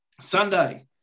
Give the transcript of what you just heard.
Sunday